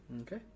Okay